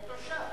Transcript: כתושב.